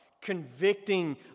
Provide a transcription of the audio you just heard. convicting